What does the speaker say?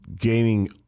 gaining